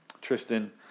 Tristan